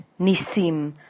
nisim